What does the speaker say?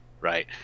right